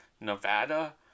Nevada